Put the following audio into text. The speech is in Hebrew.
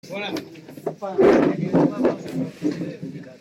וואלה.